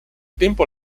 tempo